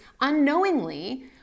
unknowingly